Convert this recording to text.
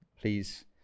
please